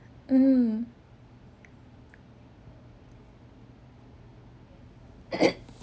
mm